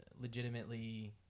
legitimately